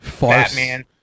Batman